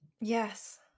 yes